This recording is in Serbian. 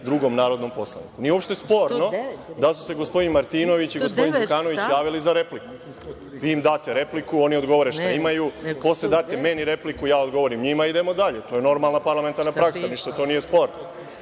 drugom narodnom poslaniku. Nije uopšte sporno da su se gospodin Martinović i gospodin Đukanović javili za repliku. Vi ima date repliku, oni odgovore šta imaju, posle date meni repliku, ja odgovorim njima i idemo dalje. To je normalna parlamentarna praksa, ništa to nije sporno. Ali,